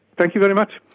thank you very much.